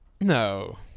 No